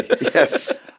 Yes